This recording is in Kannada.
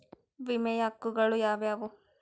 ವಿಮೆಯ ಹಕ್ಕುಗಳು ಯಾವ್ಯಾವು?